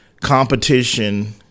competition